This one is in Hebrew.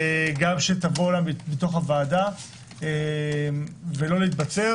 שתבוא מתוך הוועדה ולא להתבצר,